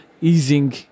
easing